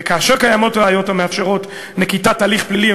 כאשר קיימות ראיות המאפשרות נקיטת הליך פלילי,